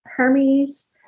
Hermes